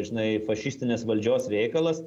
žinai fašistinės valdžios reikalas